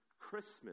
Christmas